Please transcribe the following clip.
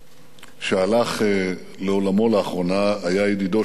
שהלך לעולמו לאחרונה, היה ידידו של גנדי,